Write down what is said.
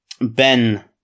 Ben